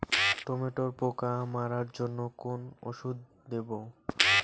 টমেটোর পোকা মারার জন্য কোন ওষুধ দেব?